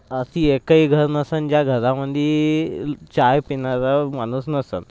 अशी एकही घर नसंन ज्या घरामध्ये चाय पिणारा माणूस नसंल